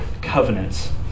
covenants